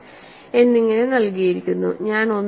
8 എന്നിങ്ങനെ നൽകിയിരിക്കുന്നു ഞാൻ 1